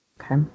Okay